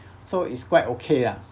so it's quite okay ah